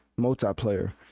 multiplayer